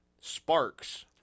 sparks